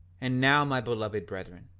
and now my beloved brethren,